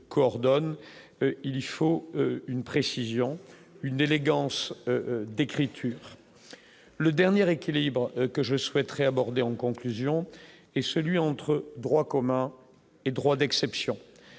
il y faut une précision, une élégance d'écriture, le dernier équilibres que je souhaiterais abordé en conclusion et celui entre droits communs et droit d'exception,